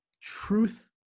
truth